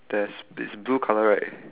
there's it's blue colour right